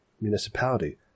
municipality